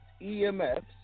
EMFs